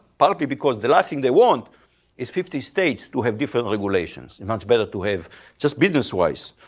partly because the last thing they want is fifty states to have different regulations, much better to have just business-wise.